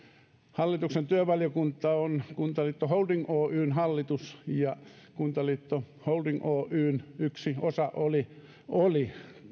hallituksen työvaliokunta on kuntaliitto holding oyn hallitus ja kuntaliitto holding oyn yksi osa oli oli